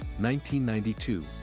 1992